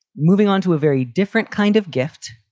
moving on to a very different kind of gift